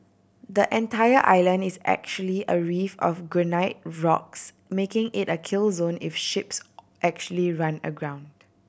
the entire island is actually a reef of granite rocks making it a kill zone if ships actually run aground